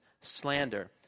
slander